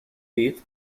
beat